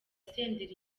senderi